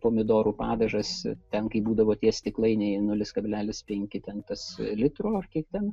pomidorų padažas ten kaip būdavo tie stiklainiai nulis kablelis penki ten tas litro ar kiek ten